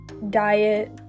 diet